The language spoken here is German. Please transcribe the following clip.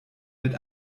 mit